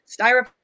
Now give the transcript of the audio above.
styrofoam